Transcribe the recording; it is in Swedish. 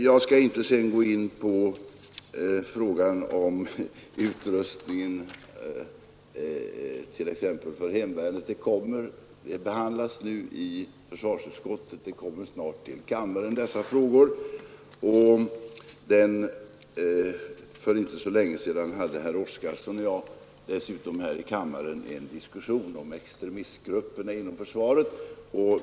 Jag skall inte gå in på frågan om utrustningen t.ex. för hemvärnet. Dessa frågor behandlas i försvarsutskottet, och kammaren kommer snart att få ta ställning till dem. För inte så länge sedan hade herr Oskarson och jag en diskussion här i kammaren om extremistgrupperna inom försvaret.